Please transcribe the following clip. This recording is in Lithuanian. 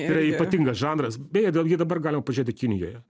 yra ypatingas žanras beje vėlgi dabar galima pažiūrėti kinijoje